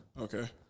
Okay